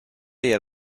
yer